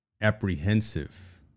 apprehensive